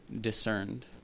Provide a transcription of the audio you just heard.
discerned